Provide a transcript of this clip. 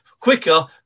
quicker